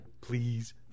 Please